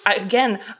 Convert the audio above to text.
again